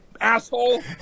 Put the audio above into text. asshole